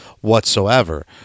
whatsoever